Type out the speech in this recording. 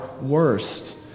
worst